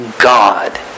God